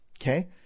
Okay